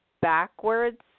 backwards